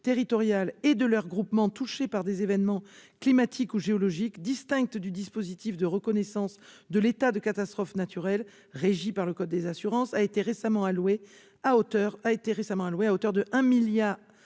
territoriales et de leurs groupements touchés par des événements climatiques ou géologiques (DSEC), distincte du dispositif de reconnaissance de l'état de catastrophe naturelle régi par le code des assurances, a été récemment allouée à 37 collectivités